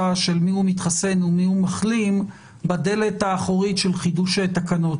של מיהו מתחסן ומיהו מחלים בדלת האחורית של חידוש תקנות.